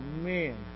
man